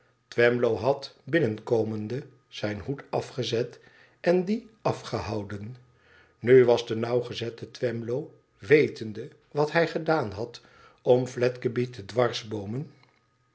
had binnenkomende zijn hoed afgezet en dien afgehouden nu was de nauwgezette twemlow wetende wat hij gedaan had om fledgeby te